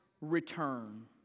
return